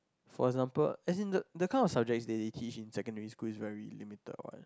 for example as in the the kind of subject they they teach in secondary school is very limited what